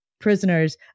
prisoners